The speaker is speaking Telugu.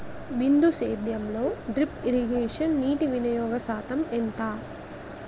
బిందు సేద్యంలో డ్రిప్ ఇరగేషన్ నీటివినియోగ శాతం ఎంత?